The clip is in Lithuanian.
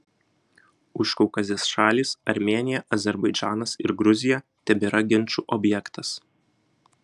užkaukazės šalys armėnija azerbaidžanas ir gruzija tebėra ginčų objektas